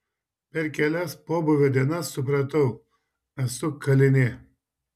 per kelias pobūvio dienas supratau esu kalinė